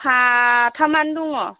साथामानो दङ